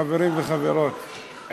חברים וחברות,